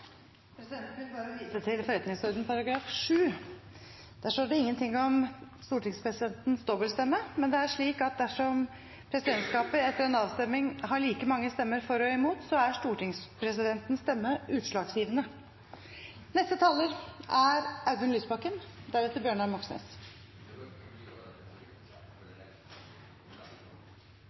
Presidenten vil bare vise til forretningsordenens § 7. Der står det ingenting om stortingspresidentens dobbeltstemme, men det er slik at dersom presidentskapet etter en avstemning har like mange stemmer for og imot, er stortingspresidentens stemme utslagsgivende.